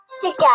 together